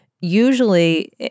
usually